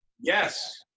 Yes